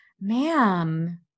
Ma'am